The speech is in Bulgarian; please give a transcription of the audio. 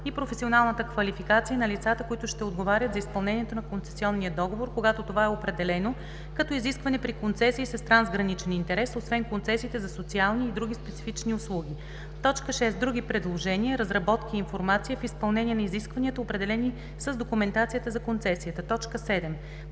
и професионалната квалификация на лицата, които ще отговарят за изпълнението на концесионния договор, когато това е определено като изискване при концесии с трансграничен интерес, освен концесиите за социални и други специфични услуги; 6. други предложения, разработки и информация в изпълнение на изискванията, определени с документацията за концесията; 7.